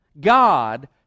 God